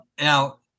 Now